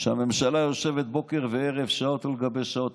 שהממשלה יושבת בוקר וערב, שעות על גבי שעות.